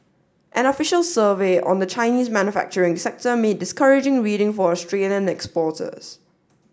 an official survey on the Chinese manufacturing sector made discouraging reading for Australian exporters